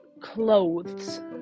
clothes